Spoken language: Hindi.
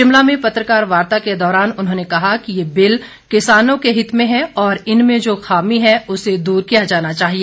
शिमला में पत्रकार वार्ता के दौरान उन्होंने कहा कि ये बिल किसानों के हित में है और इन में जो खामी है उसे दूर किया जाना चाहिए